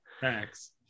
Thanks